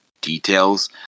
details